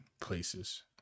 Places